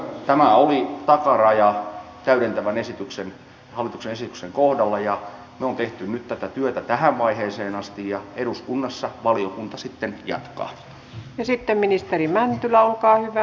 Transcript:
tämä oli takaraja täydentävän hallituksen esityksen kohdalla ja me olemme tehneet nyt tätä työtä tähän vaiheeseen asti ja eduskunnassa valiokunta sitten jatkaa